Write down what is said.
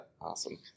Awesome